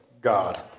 God